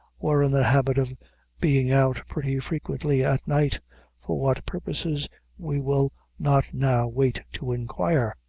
were in the habit of being out pretty frequently at night for what purposes we will not now wait to inquire.